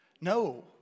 No